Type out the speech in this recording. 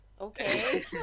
Okay